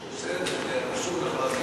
רק שאלה אחת, הרשות הפלסטינית.